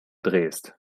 drehst